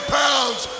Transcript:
pounds